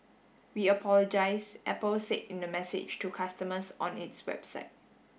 we apologise Apple said in the message to customers on its website